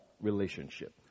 relationship